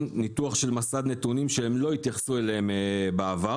ניתוח של מסד נתונים שהם לא התייחסו אליהם בעבר,